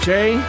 Jay